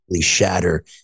shatter